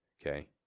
okay